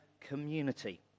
community